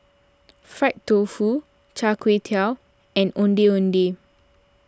Fried Tofu Char Kway Teow and Ondeh Ondeh